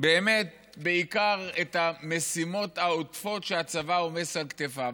באמת בעיקר את המשימות העודפות שהצבא עומס על כתפיו.